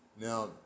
Now